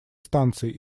станции